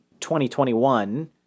2021